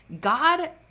god